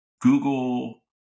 Google